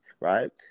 Right